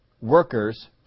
workers